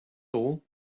all